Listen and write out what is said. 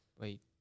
Wait